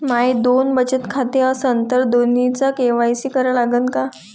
माये दोन बचत खाते असन तर दोन्हीचा के.वाय.सी करा लागन का?